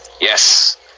Yes